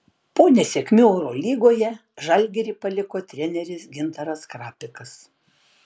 po nesėkmių eurolygoje žalgirį paliko treneris gintaras krapikas